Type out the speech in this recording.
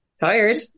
Tired